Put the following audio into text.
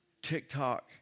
TikTok